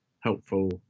helpful